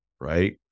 right